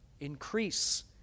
increase